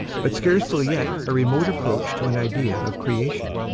but scarcely yet a remote approach to an idea of creation.